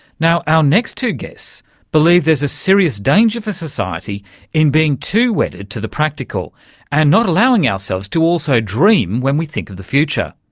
our next two guests believe there's a serious danger for society in being too wedded to the practical and not allowing ourselves to also dream when we think of the future,